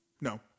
No